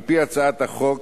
על-פי הצעת החוק